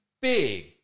big